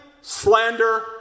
slander